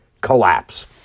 collapse